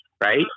right